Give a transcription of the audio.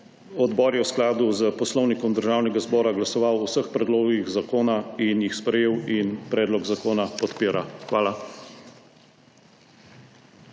Odbor je v skladu z Poslovnikom Državnega zbora glasoval o vseh predlogih zakona in jih sprejel in predlog zakona podpira. Hvala.